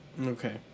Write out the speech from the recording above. Okay